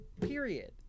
Period